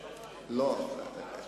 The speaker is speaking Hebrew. החוק.